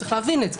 צריך להבין את זה.